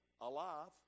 alive